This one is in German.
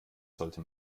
sollte